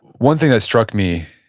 one thing that struck me,